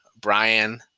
Brian